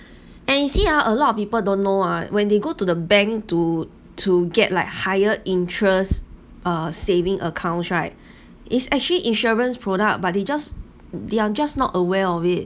and you see ah a lot of people don't know ah when they go to the bank to to get like higher interest uh saving accounts right it's actually insurance product but they just they are just not aware of it